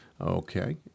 Okay